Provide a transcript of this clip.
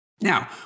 Now